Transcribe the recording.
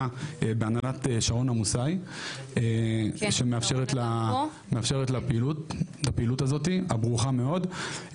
בהנהלת שרון עמוסי שמאפשרת לפעילות הזאת הברוכה מאוד.